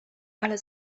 ale